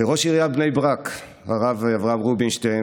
לראש עיריית בני ברק הרב אברהם רובינשטיין.